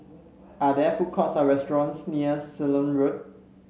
are there food courts or restaurants near Ceylon Road